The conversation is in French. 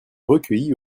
recueillies